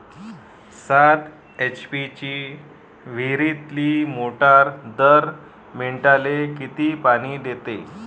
सात एच.पी ची विहिरीतली मोटार दर मिनटाले किती पानी देते?